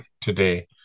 today